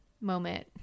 moment